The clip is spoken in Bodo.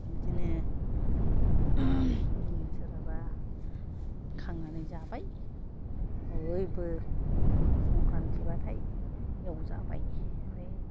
बिदिनो सोरहाबा खांनानै जाबाय बयबो संख्रान्ति बाथाय एवजाबाय ओमफ्राय